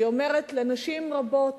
והיא אומרת לנשים רבות